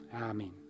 Amen